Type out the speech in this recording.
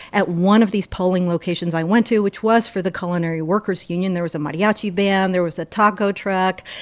at one of these polling locations i went to, which was for the culinary workers union, there was a mariachi band. there was a taco truck.